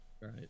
right